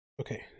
Okay